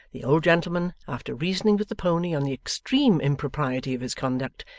the old gentleman, after reasoning with the pony on the extreme impropriety of his conduct,